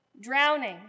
Drowning